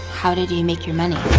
how did he make your money?